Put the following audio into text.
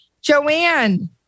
Joanne